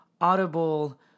audible